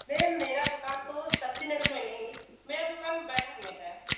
ma'am मेरी दुकान तो सक्तिनगर में नहीं मेरी दुकान बढ़न में है